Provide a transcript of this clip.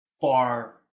far